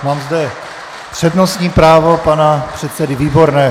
Mám zde přednostní právo pana předsedy Výborného.